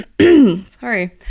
sorry